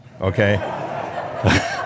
Okay